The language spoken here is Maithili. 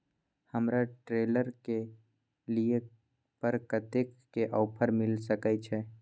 हमरा ट्रेलर के लिए पर कतेक के ऑफर मिलय सके छै?